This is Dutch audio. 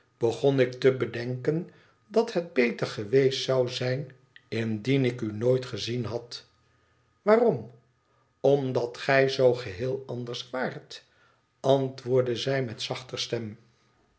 begon ik te bedenken dat het beter geweest zou zijn indien ik u nooit gezien had waarom omdat gij zoo geheel anders waart antwoordde zij met zachter stem